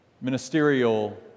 Ministerial